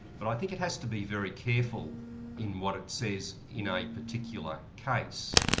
but i think it has to be very careful in what it says in a particular case.